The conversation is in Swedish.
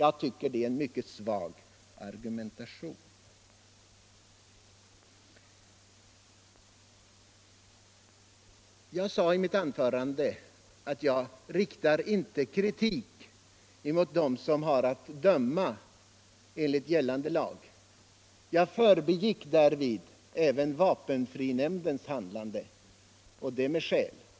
Jag tycker det är en mycket svag argumentation. Jag sade i mitt anförande att jag inte riktar kritik mot dem som har att döma enligt gällande lag. Jag förbigick då vapenfrinämndens handlande, och det med skäl.